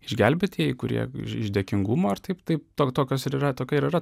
išgelbėtieji kurie iš dėkingumo ar taip tai tokios yra tokia yra